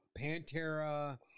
Pantera